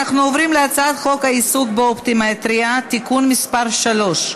אנחנו עוברים להצעת חוק העיסוק באופטומטריה (תיקון מס' 3)